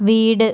വീട്